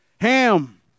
Ham